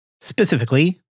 Specifically